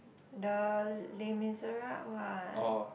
the Les Miserables what